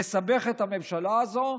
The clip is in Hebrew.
לסבך את הממשלה הזו,